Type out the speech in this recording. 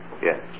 Yes